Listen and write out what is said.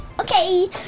Okay